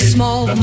Small